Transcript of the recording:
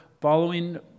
following